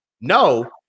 no